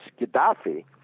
Gaddafi